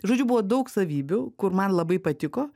žodžiu buvo daug savybių kur man labai patiko